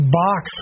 box